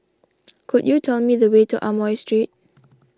could you tell me the way to Amoy Street